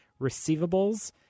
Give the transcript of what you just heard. receivables